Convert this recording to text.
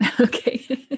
Okay